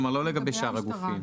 לא לגבי שאר הגופים.